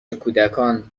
کودکان